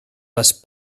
les